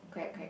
correct correct